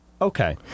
Okay